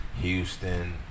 Houston